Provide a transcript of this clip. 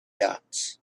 dots